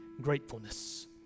gratefulness